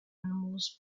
animals